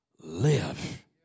live